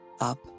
up